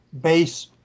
base